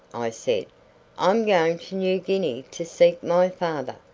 i said i'm going to new guinea to seek my father.